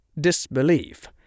disbelief